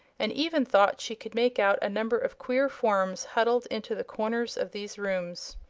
and even thought she could make out a number of queer forms huddled into the corners of these rooms.